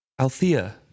Althea